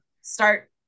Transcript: start